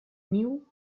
niu